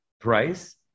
price